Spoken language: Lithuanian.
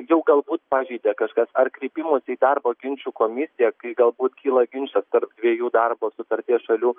jau galbūt pažeidė kažkas ar kreipimosi į darbo ginčų komisiją kai galbūt kyla ginčas tarp dviejų darbo sutarties šalių